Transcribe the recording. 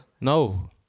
No